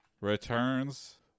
returns